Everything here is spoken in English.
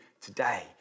today